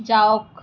যাওক